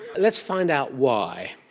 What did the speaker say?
let's find out why.